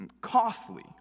Costly